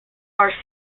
our